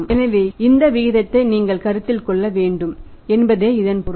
எனவே இந்த விகிதத்தை நீங்கள் கருத்தில் கொள்ள வேண்டும் என்பதே இதன் பொருள்